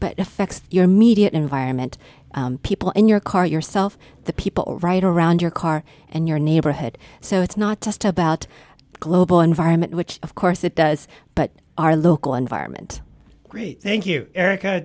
but affects your immediate environment people in your car yourself the people right around your car and your neighborhood so it's not just about global environment which of course it does but our local environment great thank you eri